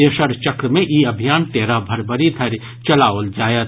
तेसर चक्र मे ई अभियान तेरह फरवरी धरि चलाओल जायत